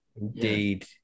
indeed